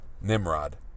Nimrod